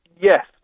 yes